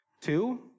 Two